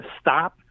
stop